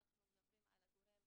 אנחנו מדברים על גורם